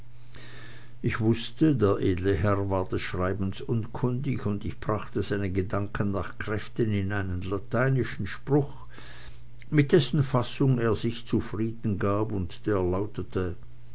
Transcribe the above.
ich wußte der edle herr war des schreibens unkundig und ich brachte seine gedanken nach kräften in einen lateinischen spruch mit dessen fassung er sich zufrieden gab und der lautete